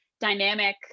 dynamic